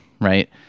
right